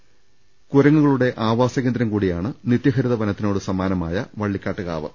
നിര വധി കുരങ്ങുകളുടെ ആവാസകേന്ദ്രം കൂടിയാണ് നിത്യഹ രിത വനത്തിനോട് സമാനമായ വള്ളിക്കാട്ടുകാവ്